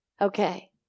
Okay